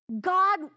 God